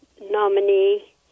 nominee